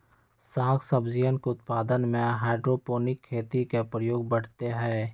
साग सब्जियन के उत्पादन में हाइड्रोपोनिक खेती के प्रयोग बढ़ते हई